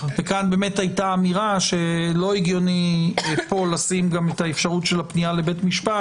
היתה אמירה שלא הדיוני לשים פה את האפשרות של הפנייה לבית משפט.